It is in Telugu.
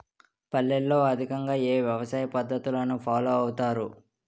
పల్లెల్లో అధికంగా ఏ వ్యవసాయ పద్ధతులను ఫాలో అవతారు?